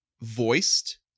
voiced